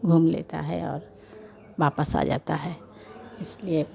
घूम लेते हैं और वापस आ जाते हैं इसलिए